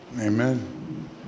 Amen